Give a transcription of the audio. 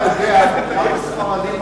אנחנו יושבים, חברי הכנסת החרדים,